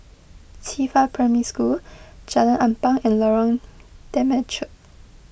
Qifa Primary School Jalan Ampang and Lorong Temechut